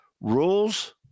rules